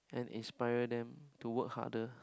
and inspire them to work harder